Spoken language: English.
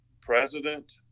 president